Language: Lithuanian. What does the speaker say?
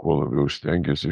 kuo labiau stengiesi